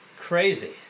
Crazy